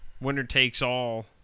Winner-takes-all